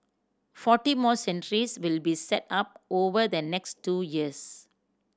forty more centres will be set up over the next two years